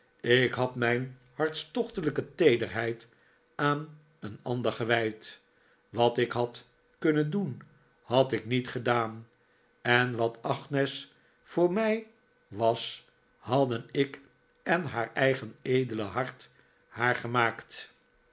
ik had mijn hartstochtelijke teederheid aan een ander gewijd wat ik had kunnen doen had ik niet gedaan en wat agnes voor mij was hadden ik en haar eigen edele hart haar gemaakt